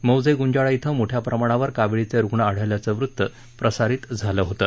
मौजे गुंजाळा धिं मोठ्या प्रमाणावर काविळीचे रुग्ण आढळल्याचं वृत्त प्रसारित झालं होतं